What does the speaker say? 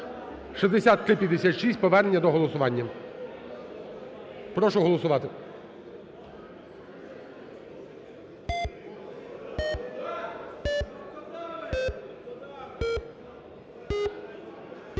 6356 – повернення до голосування. Прошу голосувати.